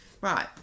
Right